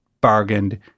bargained